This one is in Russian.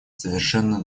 совершенно